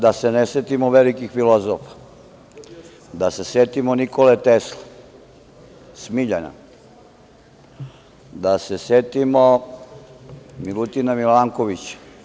Dakle, da se ne setimo velikih filozofa, da se setimo Nikole Tesle, Smiljana, da se setimo Milutina Milankovića.